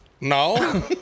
No